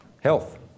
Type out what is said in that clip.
Health